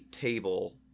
table